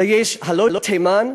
ויש "הלו תימן",